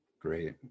Great